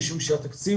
משום שהתקציב